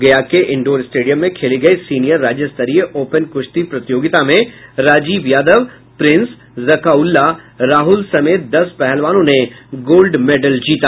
गया के indoor stadium में खेली गयी सीनियर राज्य स्तरीय ओपन कुश्ती प्रतियागिता में राजीव यादव प्रिंस जकाउल्लाह राहुल समेत दस पहलवानों ने गोल्ड मेडल जीता